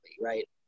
right